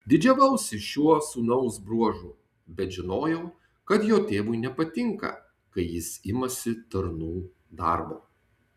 didžiavausi šiuo sūnaus bruožu bet žinojau kad jo tėvui nepatinka kai jis imasi tarnų darbo